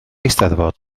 eisteddfod